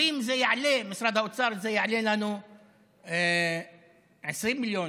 אומרים במשרד האוצר: זה יעלה לנו 20 מיליון,